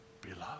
beloved